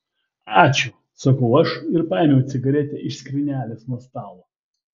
ačiū sakau aš ir paėmiau cigaretę iš skrynelės nuo stalo